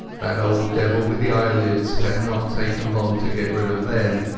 that old devil with the eyelids had not taken long to get rid of them.